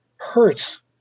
Hurts